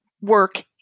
work